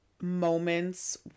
moments